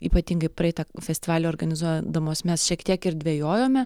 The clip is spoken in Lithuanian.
ypatingai praeitą festivalį organizuodamos mes šiek tiek ir dvejojome